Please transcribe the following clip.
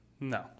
No